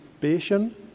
patient